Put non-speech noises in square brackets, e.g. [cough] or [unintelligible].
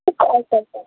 [unintelligible]